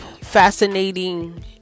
fascinating